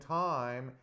time